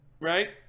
Right